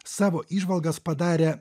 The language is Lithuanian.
savo įžvalgas padarė